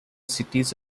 cities